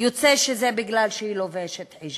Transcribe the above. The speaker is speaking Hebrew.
יוצא שזה מפני שהיא לובשת חיג'אב.